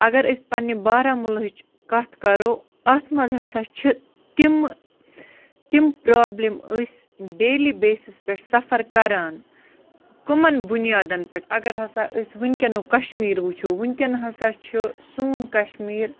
اگر أسۍ پَنٛنہِ بارہمولہٕچ کتھ کَرو اَتھ مَنٛز ہسا چھِ تِمہٕ تِم پرٛابلِم أسۍ ڈیلی بیسٕس پٮ۪ٹھ سَفَر کَران کَمَن بُنیادَن پٮ۪ٹھ اگر ہسا أسۍ وٕنۍکٮ۪نُک کشمیٖر وٕچھو وٕنۍکٮ۪ن ہسا چھُ سون کشمیٖر